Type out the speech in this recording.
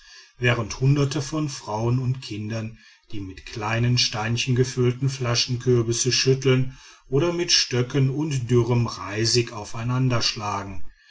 während hunderte von frauen und kindern die mit kleinen steinchen gefüllten flaschenkürbisse schütteln oder mit stöcken und dürrem reisig